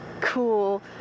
cool